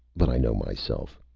but i know myself.